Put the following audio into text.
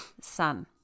sun